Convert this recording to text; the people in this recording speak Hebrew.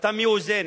החלטה מאוזנת,